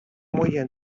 moyen